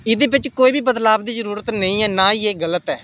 एह्दै बिच्च कोई बी बदलाव दी जरूरत नेईं ऐ ते ना गै एह् गलत ऐ